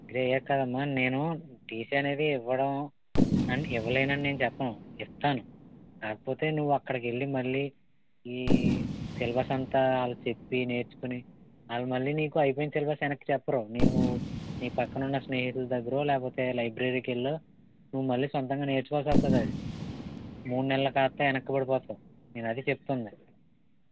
degree అయ్యాక కాదమ్మా నేను టీసీ అనేది ఇవ్వడం అండ్ ఇవ్వలేనని నేను చెప్పను ఇస్తాను కాకపోతే నువ్వు అక్కడికి వెళ్ళి మళ్ళీ ఈ సిలబస్ అంతా వాళ్ళు చెప్పీ నేర్చుకుని అవి మళ్ళీ నీకు అయిపోయిన సిలబస్ వెనక్కి చెప్పరు నువ్వు నీ పక్కని ఉన్న స్నేహితుల దగ్గరో లేకపోతే లైబ్రరీకి వెళ్ళి నువ్వు మళ్ళీ సొంతంగా నేర్చుకోవలసి వస్తుంది మూడు నెలలు కాస్తా వెనక్కి పడిపోతావు నేను అదీ చెప్తుంది